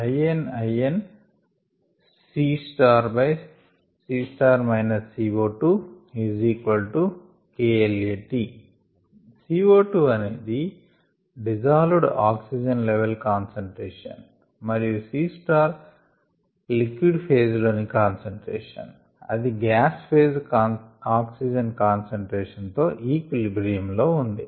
ln CC CO2 kLat CO2అనేది dissolved oxygen level concentration మరియు Cలిక్విడ్ ఫేజ్ లోని కాన్సంట్రేషన్ అది గ్యాస్ ఫేజ్ ఆక్సిజన్ కాన్సంట్రేషన్ తో ఈక్విలిబ్రియం లో ఉంది